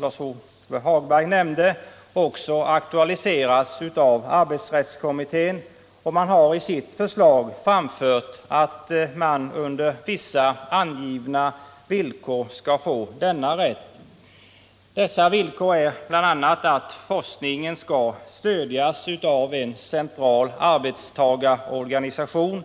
Lars-Ove Hagberg nämnde har denna fråga också aktualiserats av arbetsrättskommittén, som i sitt förslag har sagt att man under vissa angivna villkor skall ha denna rätt. De villkoren är bl.a. att forskningen stöds av en central arbetstagarorganisation.